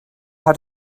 how